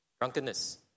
drunkenness